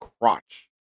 crotch